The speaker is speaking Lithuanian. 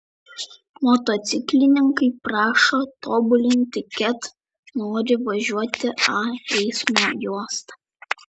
motociklininkai prašo tobulinti ket nori važiuoti a eismo juosta